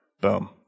Boom